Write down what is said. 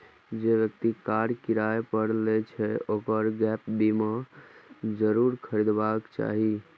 जे व्यक्ति कार किराया पर लै छै, ओकरा गैप बीमा जरूर खरीदबाक चाही